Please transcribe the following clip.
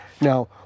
Now